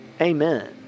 Amen